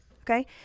okay